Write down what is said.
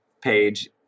page